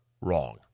wrong